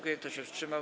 Kto się wstrzymał?